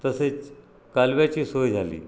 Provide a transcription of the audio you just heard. तसेच कालव्याची सोय झाली